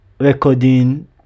Recording